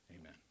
amen